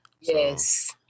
Yes